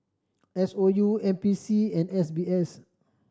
S O U N P C and S B S